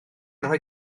rhoi